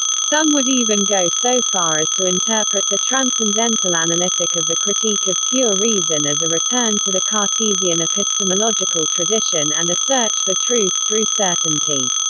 some would even go so far as to interpret the transcendental analytic of the critique of pure reason as a return to the cartesian epistemological tradition and a search for truth through certainty.